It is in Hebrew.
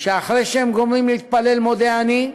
שאחרי שהם גומרים להתפלל "מודה אני",